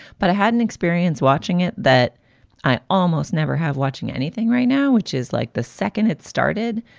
but i had an experience watching it that i almost never have watching anything right now, which is like the second it started,